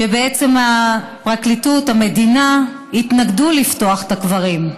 שבעצם הפרקליטות, המדינה, התנגדו לפתוח את הקברים.